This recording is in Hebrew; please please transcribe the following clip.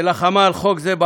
שלחמה על חוק זה,